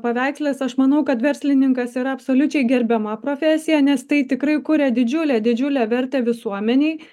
paveikslas aš manau kad verslininkas yra absoliučiai gerbiama profesija nes tai tikrai kuria didžiulę didžiulę vertę visuomenei